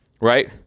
right